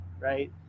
Right